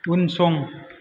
उनसं